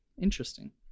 Interesting